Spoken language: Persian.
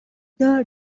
دار